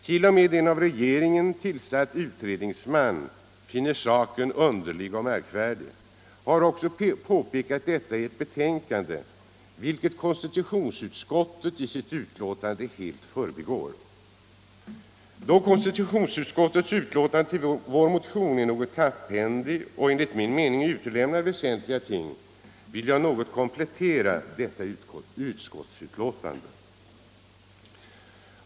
T. o. m. en av regeringen tillsatt utredningsman finner saken underlig och har också påpekat detta i sitt betänkande, något som konstitutionsutskottet helt förbigår. Då konstitutionsutskottets betänkande till vår motion är något knapphändigt och enligt min uppfattning utelämnar väsentliga ting vill jag något komplettera utskottsbetänkandet.